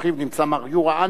נמצא מר יורה אנטל,